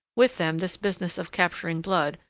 with them this business of capturing blood,